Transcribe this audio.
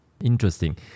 Interesting